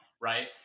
Right